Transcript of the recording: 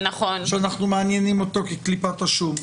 שאנחנו מעניינים אותו כקליפת השום,